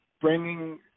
bringing